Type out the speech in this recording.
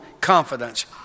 confidence